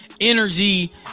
energy